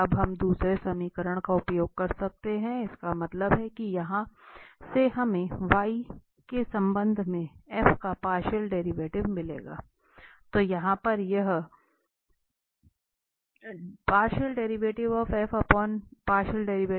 अब हम दूसरे समीकरण का उपयोग कर सकते हैं इसका मतलब है कि यहां से हमें y के संबंध में f का पार्शियल डेरिवेटिव मिलेगा